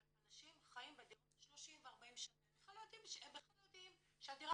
אבל אנשים חיים בדירות 30 ו-40 שנה והם בכלל לא יודעים שהדירה